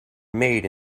made